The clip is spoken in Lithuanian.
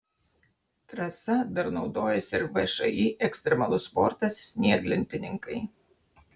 trasa dar naudojasi ir všį ekstremalus sportas snieglentininkai